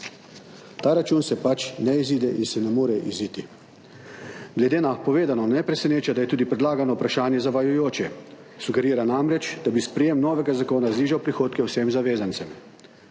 Ta račun se pač ne izide in se ne more iziti. Glede na povedano ne preseneča, da je tudi predlagano vprašanje zavajajoče, sugerira namreč, da bi sprejem novega zakona znižal prihodke vsem zavezancem.